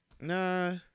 Nah